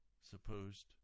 supposed